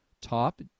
Top